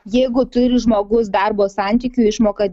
jeigu turi žmogus darbo santykių išmoka